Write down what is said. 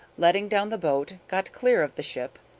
letting down the boat, got clear of the ship,